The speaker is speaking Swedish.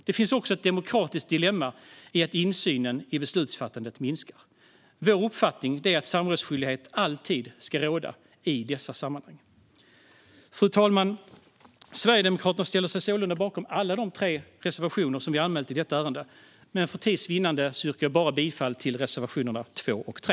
Det finns också ett demokratiskt dilemma i att insynen i beslutsfattandet minskar. Vår uppfattning är att samrådsskyldighet alltid ska råda i dessa sammanhang. Fru talman! Jag står bakom Sverigedemokraternas alla tre reservationer, men för tids vinnande yrkar jag bara bifall till reservationerna 2 och 3.